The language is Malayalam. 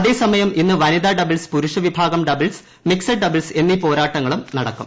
അതേസമയം ഇന്ന് വനിതാ ഡബിൾസ് പുരുഷ വിഭാഗം ഡബിൾസ് മിക്സഡ് ഡബിൾസ് എന്നീ പോരാട്ടങ്ങളും നടക്കും